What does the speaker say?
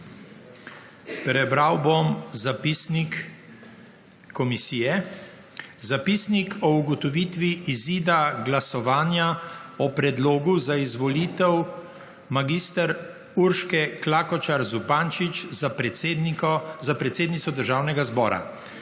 Prebral bom zapisnik komisije. Zapisnik o ugotovitvi izida glasovanja o predlogu za izvolitev mag. Urške Klakočar Zupančič za predsednico Državnega zbora.